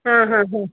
ಹಾಂ ಹಾಂ ಹಾಂ